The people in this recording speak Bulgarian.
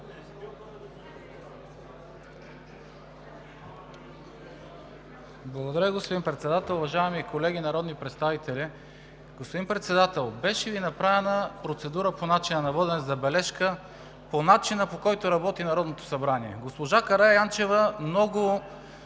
Благодаря, господин Председател. Уважаеми колеги, народни представители! Господин Председател, беше Ви направена процедура по начина на водене, забележка по начина, по който работи Народното събрание. Госпожа Караянчева много